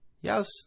Yes